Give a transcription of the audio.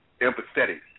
empathetic